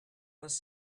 les